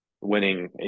winning